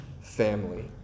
family